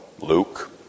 Luke